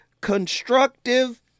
constructive